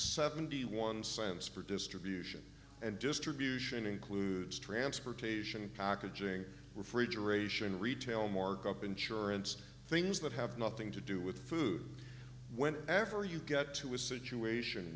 seventy one cents for distribution and distribution includes transportation packaging refrigeration retail mark up insurance things that have nothing to do with food when ever you get to a situation